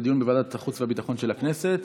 לדיון בוועדת החוץ והביטחון של הכנסת,